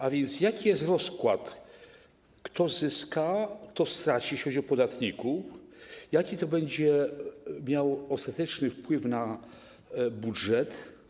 A więc jaki jest rozkład: kto zyska, kto straci, jeżeli chodzi o podatników, i jaki to będzie miało ostateczny wpływ na budżet?